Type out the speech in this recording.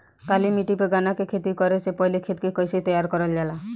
काली मिट्टी पर गन्ना के खेती करे से पहले खेत के कइसे तैयार करल जाला?